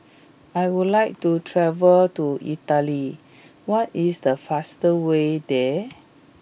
I would like to travel to Italy what is the fastest way there